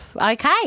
okay